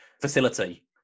facility